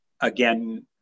again